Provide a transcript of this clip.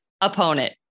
opponent